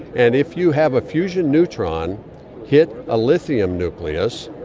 and if you have a fusion neutron hit a lithium nucleus,